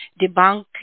debunk